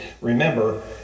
remember